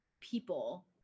people